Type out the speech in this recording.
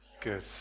Good